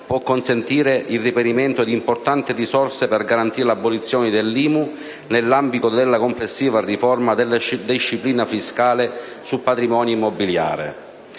può consentire il reperimento di importanti risorse per garantire l'abolizione dell'IMU nell'ambito della complessiva riforma della disciplina fiscale sul patrimonio immobiliare.